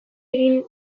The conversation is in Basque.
egin